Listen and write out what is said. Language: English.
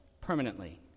permanently